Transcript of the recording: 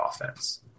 offense